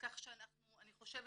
כך שא ני חושבת